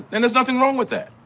and there's nothing wrong with that